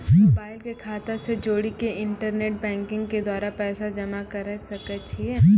Mobile के खाता से जोड़ी के इंटरनेट बैंकिंग के द्वारा पैसा जमा करे सकय छियै?